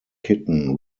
kitten